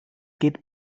geht